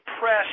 press